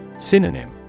Synonym